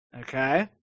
okay